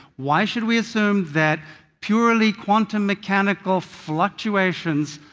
why should we assume that purely quantum mechanical fluctuations,